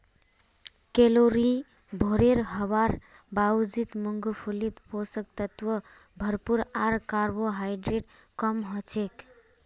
calorie भोरे हवार बावजूद मूंगफलीत पोषक तत्व भरपूर आर कार्बोहाइड्रेट कम हछेक